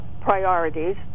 priorities